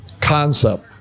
concept